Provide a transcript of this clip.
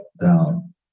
down